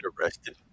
arrested